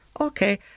Okay